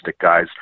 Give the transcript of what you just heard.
guys